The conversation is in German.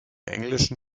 englischen